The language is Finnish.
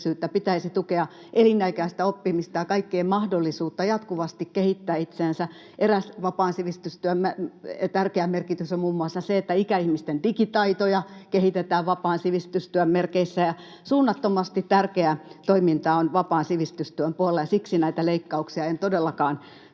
pitäisi tukea elinikäistä oppimista ja kaikkien mahdollisuutta jatkuvasti kehittää itseänsä. Eräs vapaan sivistystyön tärkeä merkitys on muun muassa se, että ikäihmisten digitaitoja kehitetään vapaan sivistystyön merkeissä. Suunnattomasti tärkeää toimintaa on vapaan sivistystyön puolella, ja siksi näitä leikkauksia en todellakaan